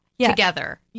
together